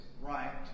right